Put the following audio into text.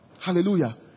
Hallelujah